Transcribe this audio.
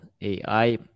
AI